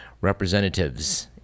representatives